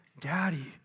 Daddy